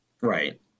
Right